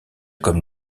comme